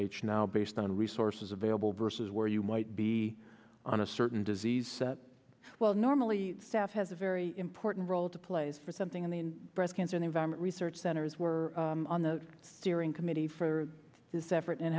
h now based on the resources available versus where you might be on a certain disease well normally staff has a very important role to play for something in the breast cancer an environment research centers were on the steering committee for this effort and